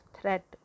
threat